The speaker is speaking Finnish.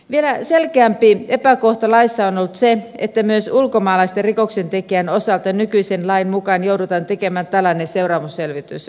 vielä selkeämpi epäkohta laissa on ollut se että myös ulkomaalaisten rikoksentekijöiden osalta nykyisen lain mukaan joudutaan tekemään tällainen seuraamusselvitys